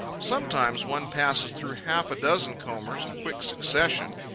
sometimes one passes through half a dozen combers in quick succession,